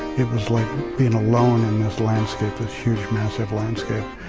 it was like being alone in this landscape, this huge, massive landscape,